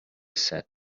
said